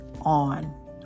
on